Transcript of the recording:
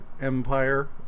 Empire